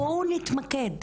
בואו נתמקד,